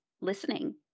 listening